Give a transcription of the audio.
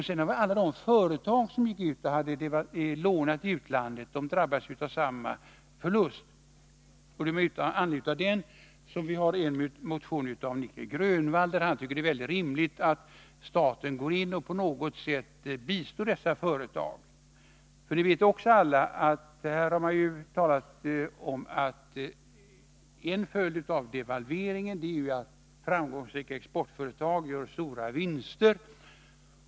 Sedan har vi alla de företag som lånat pengar i utlandet. De drabbades av samma förlust. Med anledning härav har det väckts en motion av Nic Grönvall, vari han tycker att det är helt rimligt att staten går in och på något sätt bistår dessa företag. Det har också talats om att framgångsrika exportföretag såsom en följd av devalveringen gör stora vinster.